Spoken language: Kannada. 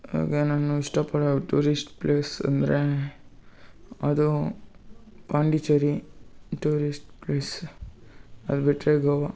ಆಗ ನಾನು ಇಷ್ಟಪಡುವ ಟೂರಿಶ್ಟ್ ಪ್ಲೇಸ್ ಅಂದರೆ ಅದು ಪಾಂಡಿಚೇರಿ ಟೂರಿಶ್ಟ್ ಪ್ಲೇಸ್ ಅದು ಬಿಟ್ಟರೆ ಗೋವಾ